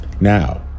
Now